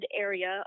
area